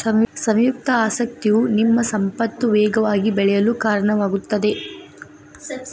ಸಂಯುಕ್ತ ಆಸಕ್ತಿಯು ನಿಮ್ಮ ಸಂಪತ್ತು ವೇಗವಾಗಿ ಬೆಳೆಯಲು ಕಾರಣವಾಗುತ್ತದೆ